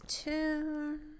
tune